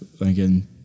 Again